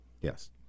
Yes